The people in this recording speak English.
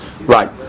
Right